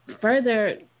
further –